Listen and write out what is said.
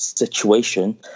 situation